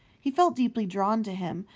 he felt deeply drawn to him,